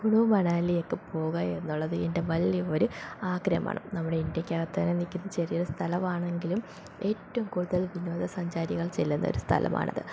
കുളു മണാലിയൊക്കെ പോകുക എന്നുള്ളത് എൻ്റെ വലിയ ഒരു ആഗ്രഹമാണ് നമ്മുടെ ഇന്ത്യയ്ക്കകത്തുതന്നെ നില്ക്കുന്ന ചെറിയൊരു സ്ഥലമാണെങ്കിലും ഏറ്റവും കൂടുതൽ വിനോദസഞ്ചാരികൾ ചെല്ലുന്ന ഒരു സ്ഥലമാണിത്